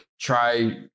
Try